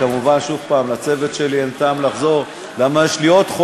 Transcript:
כמובן, שוב הפעם, לצוות שלי.